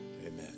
amen